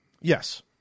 Yes